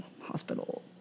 hospital